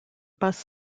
bus